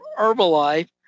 Herbalife